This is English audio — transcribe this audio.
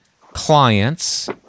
clients